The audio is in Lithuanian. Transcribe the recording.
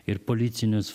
ir policinius